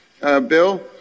bill